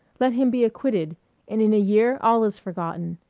let him be acquitted and in a year all is forgotten.